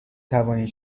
توانید